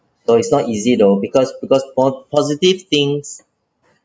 so it's not easy though because because po~ positive things